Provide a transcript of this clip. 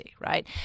right